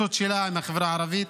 בהתייחסות שלה לחברה הערבית,